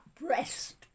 breast